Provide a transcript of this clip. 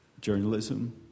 journalism